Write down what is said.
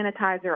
sanitizer